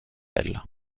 elle